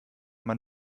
man